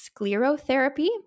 sclerotherapy